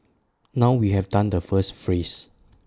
now we have done the first phrase